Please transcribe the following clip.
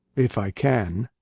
if i can.